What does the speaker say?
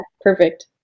perfect